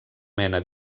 mena